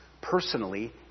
personally